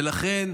ולכן,